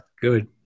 Good